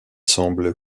semble